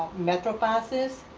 metro passes.